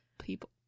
People